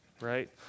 right